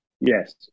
Yes